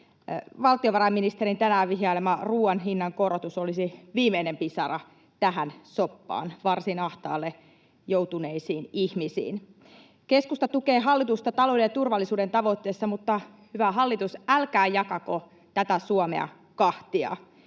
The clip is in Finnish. Valtiovarainministerin tänään vihjailema ruuan hinnan korotus olisi viimeinen pisara tähän soppaan, varsin ahtaalle joutuneille ihmisille. Keskusta tukee hallitusta talouden ja turvallisuuden tavoitteissa, mutta hyvä hallitus, älkää jakako tätä Suomea kahtia.